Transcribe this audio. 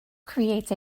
creates